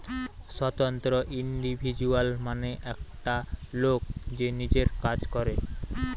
স্বতন্ত্র ইন্ডিভিজুয়াল মানে একটা লোক যে নিজের কাজ করে